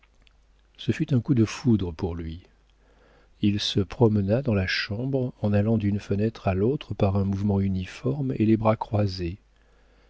ce fut un coup de foudre pour lui il se promena dans la chambre en allant d'une fenêtre à l'autre par un mouvement uniforme et les bras croisés